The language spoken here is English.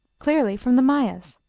clearly from the mayas.